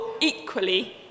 equally